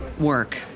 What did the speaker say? work